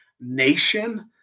nation